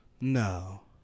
No